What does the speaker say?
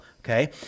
okay